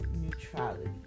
neutrality